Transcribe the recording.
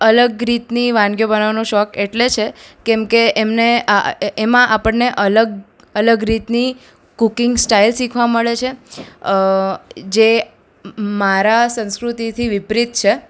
અલગ રીતની વનાગીઓ બનાવવાનો શોખ એટલે છે કેમકે એમને એમાં આપણને અલગ અલગ રીતની કુકિંગ સ્ટાઇલ શીખવા મળે છે અ જે મારા સંસ્કૃતિથી વિપરીત છે